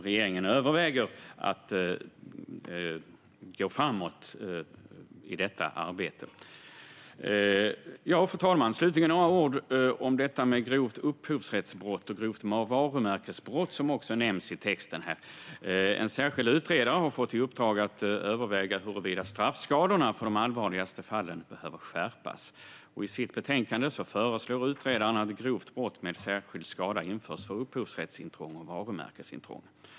Regeringen överväger att gå framåt i detta arbete. Fru talman! Slutligen några ord om detta med grovt upphovsrättsbrott och grovt varumärkesbrott, som också nämns i texten. En särskild utredare har fått i uppdrag att överväga huruvida straffskalorna för de allvarligaste fallen behöver skärpas. I sitt betänkande föreslår utredaren att grovt brott med särskild skala införs för upphovsrättsintrång och varumärkesintrång.